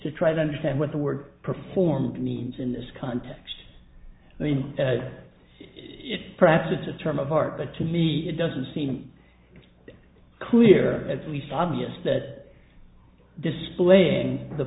to try to understand what the word performed means in this context when it perhaps it's a term of art but to me it doesn't seem clear at least obvious that displaying the